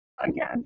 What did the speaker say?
again